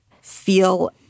feel